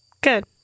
Good